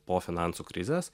po finansų krizės